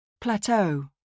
Plateau